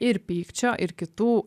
ir pykčio ir kitų